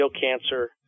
cancer